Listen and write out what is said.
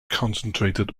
concentrated